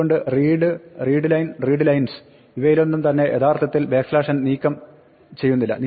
അതുകൊണ്ട് read readline readlines ഇവയിലൊന്നും തന്നെ യഥാർത്ഥത്തിൽ n നീക്കം ചെയ്യുന്നില്ല